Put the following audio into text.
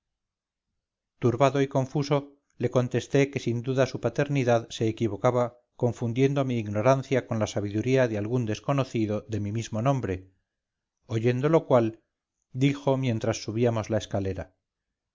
turbado y confuso le contesté que sin duda su paternidad se equivocaba confundiendo mi ignorancia con la sabiduría de algún desconocido de mi mismo nombre oyendo lo cual dijo mientras subíamos la escalera